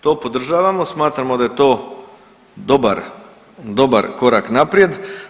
To podržavamo, smatramo da je to dobar korak naprijed.